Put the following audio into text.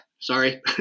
Sorry